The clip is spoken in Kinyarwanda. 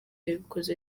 yabikoze